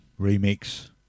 Remix